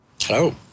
Hello